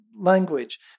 language